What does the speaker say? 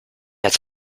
als